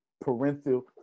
parenthetical